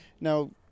Now